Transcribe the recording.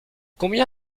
combien